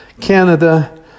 Canada